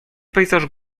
pejzaż